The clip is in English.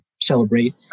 celebrate